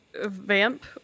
vamp